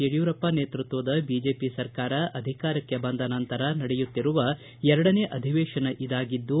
ಯಡಿಯೂರಪ್ಪ ನೇತೃತ್ವದ ಬಿಜೆಪಿ ಸರ್ಕಾರ ಅಧಿಕಾರಕ್ಕೆ ಬಂದ ನಂತರ ನಡೆಯುತ್ತಿರುವ ಎರಡನೇ ಅಧಿವೇಶನ ಇದಾಗಿದ್ದು